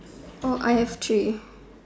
I have three